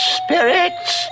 spirits